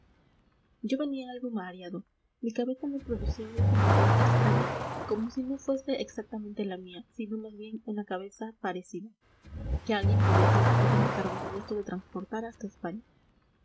yo venía algo mareado mi cabeza me producía una sensación extraña como si no fuese exactamente la mía sino más bien una cabeza parecida que alguien me hubiese dado el encargo molesto de transportar hasta españa